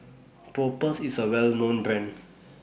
Propass IS A Well known Brand